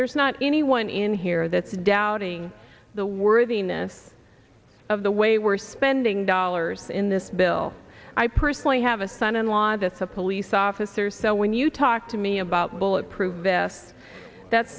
there's not anyone in here that's doubting the worthiness of the way we're spending dollars in this bill i personally have a son in law that's a police officer so when you talk to me about bulletproof vest that's